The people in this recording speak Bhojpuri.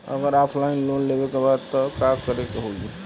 अगर ऑफलाइन लोन लेवे के बा त का करे के होयी?